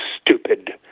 stupid